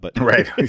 Right